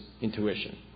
intuition